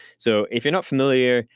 so if you're not familiar,